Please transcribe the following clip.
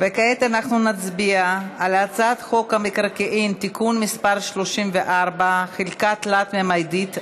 כעת נצביע על הצעת חוק המקרקעין (תיקון מס' 34) (חלקה תלת-ממדית),